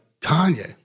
Tanya